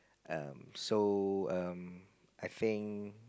um so um I think